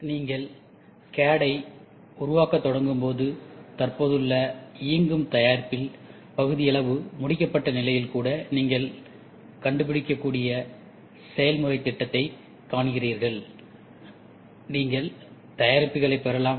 நீங்கள் சிஏடி ஐ உருவாக்கத் தொடங்கும் போது தற்போதுள்ள இயங்கும் தயாரிப்பில் பகுதியளவு முடிக்கப்பட்ட நிலையில் கூட நீங்கள் கண்டுபிடிக்கக்கூடிய செயல்முறைத் திட்டத்தை காண்கிறீர்கள் நீங்கள் தயாரிப்புகளைப் பெறலாம்